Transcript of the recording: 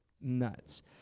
nuts